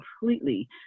completely